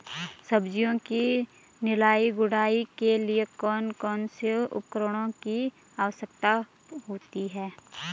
सब्जियों की निराई गुड़ाई के लिए कौन कौन से उपकरणों की आवश्यकता होती है?